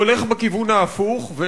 הוא הולך בכיוון ההפוך,